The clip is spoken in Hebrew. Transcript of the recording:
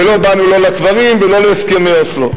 ולא באנו לא לקברים ולא להסכמי אוסלו.